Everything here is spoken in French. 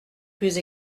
plus